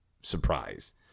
surprise